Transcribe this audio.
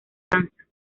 lanza